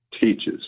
teaches